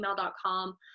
gmail.com